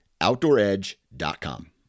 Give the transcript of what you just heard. OutdoorEdge.com